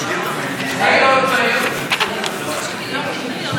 יהודה, אתה יכול להישאר פה גם אחרי סגירת המליאה.